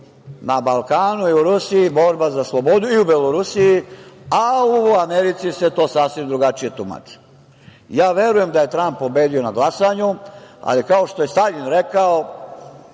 na Balkanu i u Rusiji, borba za slobodu, i u Belorusiji, a u Americi se to sasvim drugačije tumači. Ja verujem da je Tramp pobedio na glasanju, ali kao što je Staljin rekao